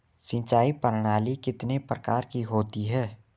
सिंचाई प्रणाली कितने प्रकार की होती है?